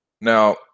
Now